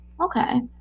Okay